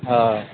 हय